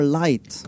light